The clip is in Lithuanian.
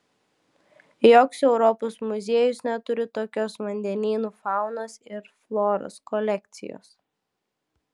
joks europos muziejus neturi tokios vandenynų faunos ir floros kolekcijos